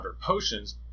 potions